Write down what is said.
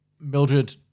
Mildred